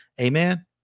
Amen